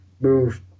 Move